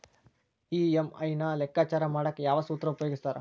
EMI ನ ಲೆಕ್ಕಾಚಾರ ಮಾಡಕ ಯಾವ್ ಸೂತ್ರ ಉಪಯೋಗಿಸ್ತಾರ